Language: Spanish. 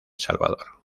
salvador